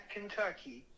Kentucky